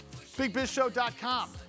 bigbizshow.com